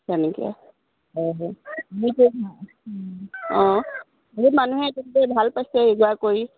তেনেকৈ অঁ অঁ বহুত মানুহে এনেকৈ ভাল পাইছে য়োগা কৰি